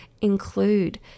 include